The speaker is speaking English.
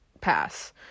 pass